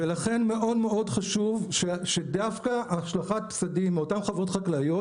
לכן מאוד חשוב שדווקא השלכת פסדים מאותן חוות חקלאיות,